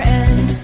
end